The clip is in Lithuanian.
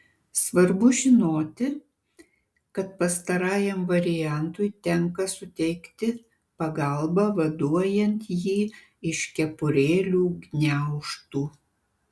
svarbu žinoti kad pastarajam variantui tenka suteikti pagalbą vaduojant jį iš kepurėlių gniaužtų